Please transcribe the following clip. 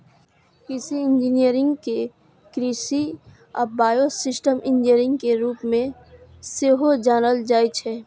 कृषि इंजीनियरिंग कें कृषि आ बायोसिस्टम इंजीनियरिंग के रूप मे सेहो जानल जाइ छै